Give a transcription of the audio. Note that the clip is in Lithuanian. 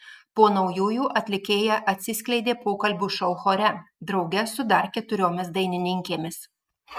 po naujųjų atlikėja atsiskleidė pokalbių šou chore drauge su dar keturiomis dainininkėmis